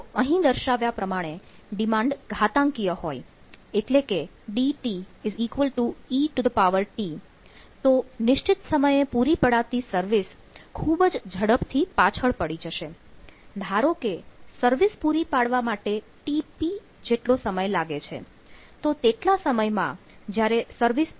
જો અહીં દર્શાવ્યા પ્રમાણે ડિમાન્ડ ઘાતાંકીય હોય એટલે કે D